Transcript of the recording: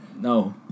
No